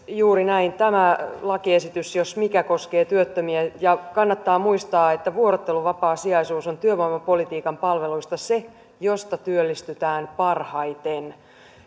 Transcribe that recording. juuri näin tämä lakiesitys jos mikä koskee työttömiä ja kannattaa muistaa että vuorotteluvapaasijaisuus on työvoimapolitiikan palveluista se josta työllistytään parhaiten